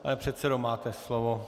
Pane předsedo, máte slovo.